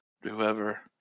whoever